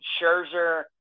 Scherzer